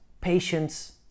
patience